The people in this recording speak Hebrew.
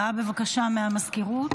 בבקשה, הודעה מהמזכירות.